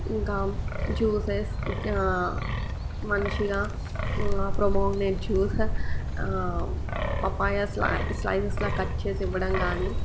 ఇంకా జ్యూసెస్ మంచిగా pomegranate juice papaya స్లై స్లైసెస్లా కట్ చేసి ఇవ్వడం కానీ